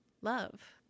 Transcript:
love